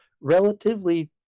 relatively